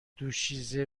دوشیزه